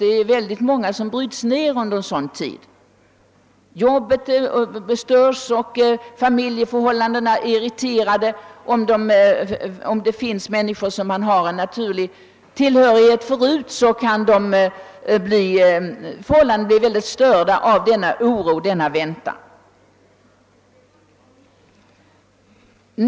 Det är många, som bryts ned under en sådan tid. Hans arbete blir stört, och förhållandet till hans familj blir irriterat av oro och väntan.